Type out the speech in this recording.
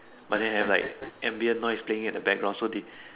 but then have like ambient noise playing at the background so they